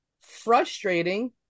frustrating